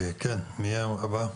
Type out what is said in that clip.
כן, מי היום בא?